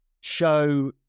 show